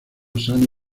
sano